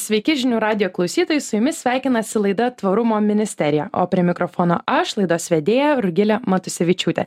sveiki žinių radijo klausytojai su jumis sveikinasi laida tvarumo ministerija o prie mikrofono aš laidos vedėja rugilė matusevičiūtė